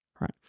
Right